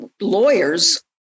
lawyers